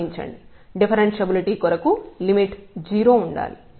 క్షమించండి డిఫరెన్షబులిటీ కొరకు లిమిట్ 0 ఉండాలి